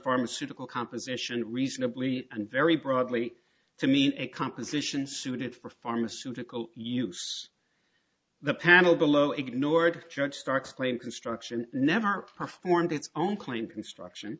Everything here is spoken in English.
pharmaceutical composition reasonably and very broadly to mean a composition suited for pharmaceutical use the panel below ignored judge starr explained construction never performed its own clean construction